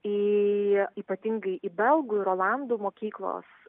į ypatingai į belgų ir olandų mokyklos